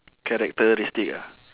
characteristic ah